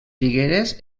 figueres